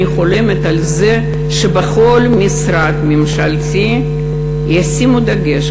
אני חולמת על זה שבכל משרד ממשלתי ישימו דגש,